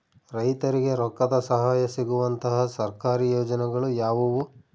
ರೈತರಿಗೆ ರೊಕ್ಕದ ಸಹಾಯ ಸಿಗುವಂತಹ ಸರ್ಕಾರಿ ಯೋಜನೆಗಳು ಯಾವುವು?